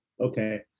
Okay